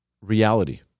reality